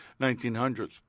1900s